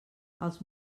els